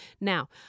Now